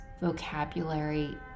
vocabulary